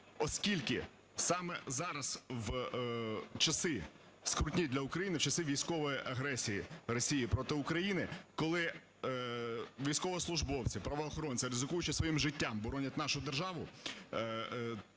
оскільки саме зараз в скрутні часи для України, в часи військової агресії Росії проти України, коли військовослужбовці, правоохоронці, ризикуючи своїм життям, боронять нашу державу,